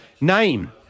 Name